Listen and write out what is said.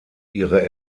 ihre